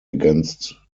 against